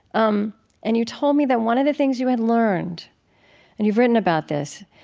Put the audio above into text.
um and you told me that one of the things you had learned and you've written about this,